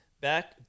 back